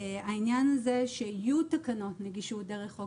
העניין הזה שיהיו תקנות נגישות דרך חוק